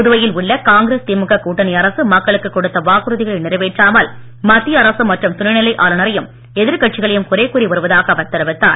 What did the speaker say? புதுவையில் உள்ள காங்கிரஸ் திமுக கூட்டணி அரசு மக்களுக்குக் கொடுத்த வாக்குறுதிகளை நிறைவேற்றாமல் மத்திய அரசு மற்றும் துணைநிலை ஆளுனரையும் எதிர் கட்சிகளையும் குறை கூறி வருவதாக அவர் தெரிவித்தார்